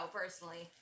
personally